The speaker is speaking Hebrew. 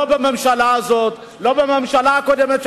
לא בממשלה הזאת ולא בממשלה הקודמת,